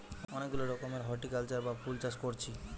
অনেক গুলা রকমের হরটিকালচার বা ফুল চাষ কোরছি